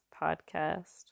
podcast